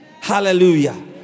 Hallelujah